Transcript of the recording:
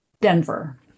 denver